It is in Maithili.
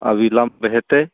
अविलम्ब हेतै